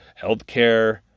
Healthcare